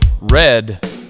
red